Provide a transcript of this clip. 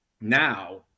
now